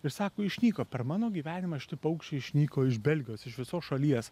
ir sako išnyko per mano gyvenimą šiti paukščiai išnyko iš belgijos iš viso šalies